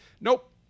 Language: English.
nope